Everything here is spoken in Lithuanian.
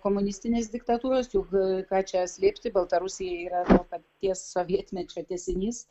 komunistinės diktatūros juk ką čia slėpti baltarusija yra to paties sovietmečio tęsinys